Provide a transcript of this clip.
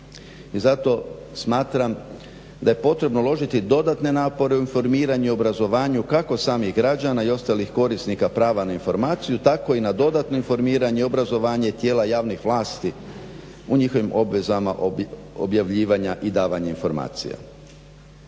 zato smatram da je potrebno uložiti dodatne napore u informiranje i obrazovanje kako samih građani ostalih korisnika prava na informaciju tako i na dodatno informiranje i obrazovanje tijela javnih vlasti u njihovim obvezama objavljivanja i davanja informacija.